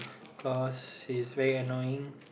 cause he's very annoying